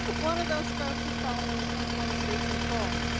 one of those folks is probably under some form of state control.